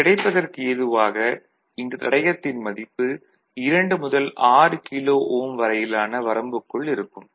இது கிடைப்பதற்கு ஏதுவாக இந்த தடையத்தின் மதிப்பு 2 முதல் 6 கிலோ ஓம் வரையிலான வரம்புக்குள் இருக்கும்